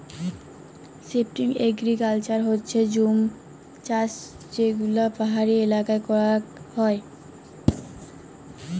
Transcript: shifting agriculture হচ্যে জুম চাষযেগুলা পাহাড়ি এলাকায় করাক হয়